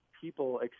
People